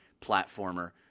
platformer